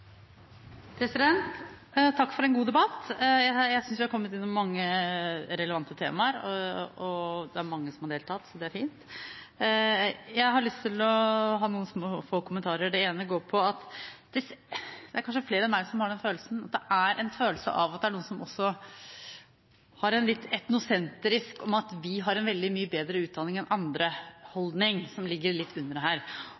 Takk for en god debatt. Jeg synes vi har kommet gjennom mange relevante temaer, og det er mange som har deltatt, så det er fint. Jeg har lyst til å komme med noen få kommentarer. Det ene går på at det er kanskje flere enn meg som har en følelse av at det er noen som har en litt etnosentrisk holdning, som ligger litt under her, at vi har en veldig mye bedre utdanning enn andre.